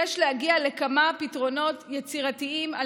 יש להגיע לכמה פתרונות יצירתיים על